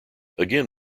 again